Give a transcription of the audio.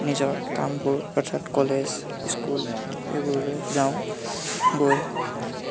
নিজৰ কামবোৰ অৰ্থাৎ কলেজ স্কুল এইবোৰলৈ যাওঁ গৈ